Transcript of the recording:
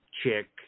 chick